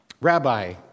Rabbi